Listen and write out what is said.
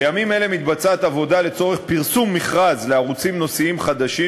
בימים אלה מתבצעת עבודה לצורך פרסום מכרז לערוצים נושאיים חדשים,